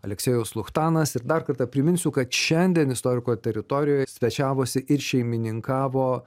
aleksiejus luchtanas ir dar kartą priminsiu kad šiandien istoriko teritorijoje svečiavosi ir šeimininkavo